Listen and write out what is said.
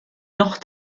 noch